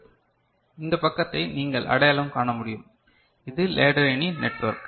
இது இந்த பக்கத்தை நீங்கள் அடையாளம் காண முடியும் இது லேடர் ஏணி நெட்வொர்க்